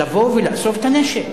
לבוא ולאסוף את הנשק.